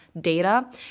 data